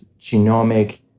genomic